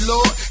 Lord